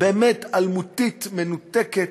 באמת אלמותית, מנותקת,